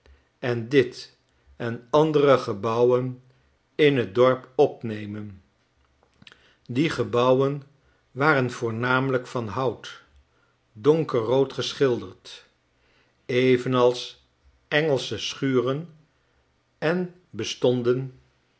en dit en andere gebouwen in t dorp opnemen die gebouwen waren voornamelijk van hout donkerrood geschilderd evenals engelsche schuren en bestonden